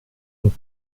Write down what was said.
und